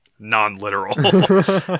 Non-literal